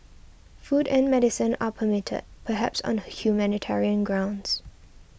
food and medicine are permitted perhaps on humanitarian grounds